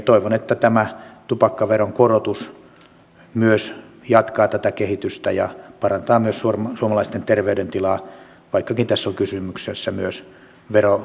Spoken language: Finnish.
toivon että tämä tupakkaveron korotus myös jatkaa tätä kehitystä ja parantaa myös suomalaisten terveydentilaa vaikkakin tässä on kysymyksessä myös verotekninen fiskaalinen korotus